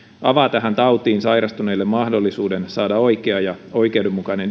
avaa tähän tautiin sairastuneille mahdollisuuden saada oikea ja oikeudenmukainen